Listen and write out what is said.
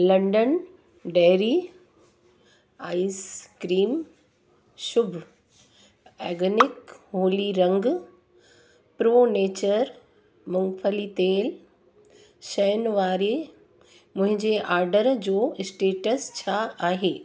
London dairy ice cream Shubh organic Holi रंग pro nature मूंगफली तेल शयुनि वारे मुंहिंजे ऑडर जो स्टेटस छा आहे